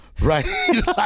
Right